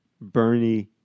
Bernie